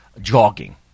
jogging